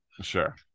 Sure